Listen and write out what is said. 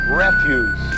refuse